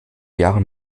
jahren